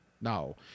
No